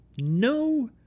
No